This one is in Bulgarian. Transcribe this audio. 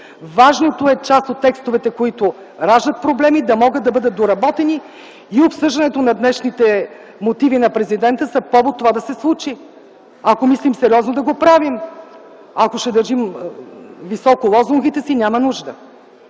Важното е част от текстовете, които раждат проблеми, да могат да бъдат доработени. Обсъждането на днешните мотиви на Президента е повод това да се случи, ако мислим сериозно да го правим. Ако ще държим високо лозунгите си, няма нужда!